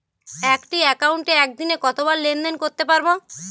একটি একাউন্টে একদিনে কতবার লেনদেন করতে পারব?